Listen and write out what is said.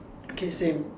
okay same